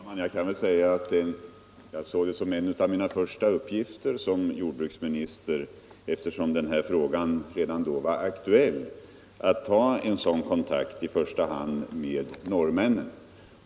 Herr talman! Eftersom denna fråga var aktuell redan när jag blev jordbruksminister såg jag det som en av mina första uppgifter på den posten att ta kontakt med i första hand norrmännen.